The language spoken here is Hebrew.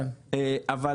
יש